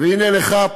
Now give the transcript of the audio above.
והנה לך,